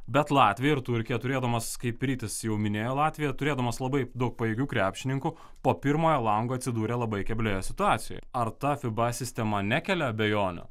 bet latvija ir turkija turėdamas kaip rytis jau minėjo latviją turėdamas labai daug pajėgių krepšininkų po pirmojo lango atsidūrė labai keblioje situacijoj ar ta fiba sistema nekelia abejonių